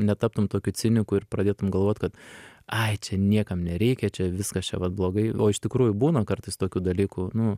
netaptum tokiu ciniku ir pradėtum galvot kad ai čia niekam nereikia čia viskas čia vat blogai o iš tikrųjų būna kartais tokių dalykų nu